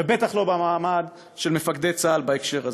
ובטח לא במעמד של מפקדי צה"ל בהקשר הזה.